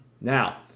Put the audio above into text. Now